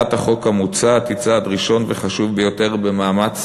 הצעת החוק המוצעת היא צעד ראשון וחשוב ביותר במאמץ